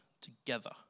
together